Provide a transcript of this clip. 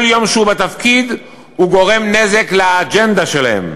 כל יום שהוא בתפקיד, הוא גורם נזק לאג'נדה שלהם.